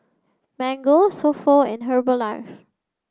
mango So Pho and Herbalife